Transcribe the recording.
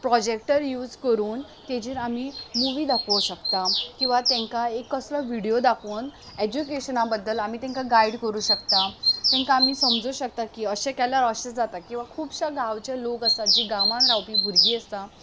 projector use करून ताजेर आमी मुवी दाखोवं शकता किंवा तांकां एक कसलोय विडिओ दाखोवन एज्युकेशना बद्दल आमी तांकां गायड करूं शकता तांकां आमी समजो शकता की अशें केल्यार अशें जाता किंवां खुबशा गांवचे लोक आसा जी गांवान रावपी भुरगीं आसा